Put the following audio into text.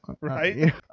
right